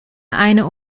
eine